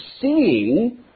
seeing